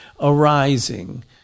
arising